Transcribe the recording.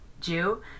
Jew